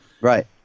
right